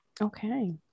Okay